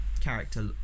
character